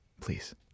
Please